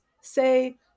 say